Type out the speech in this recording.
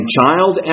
child